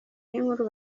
n’inkuru